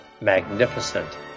magnificent